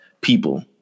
people